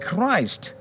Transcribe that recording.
Christ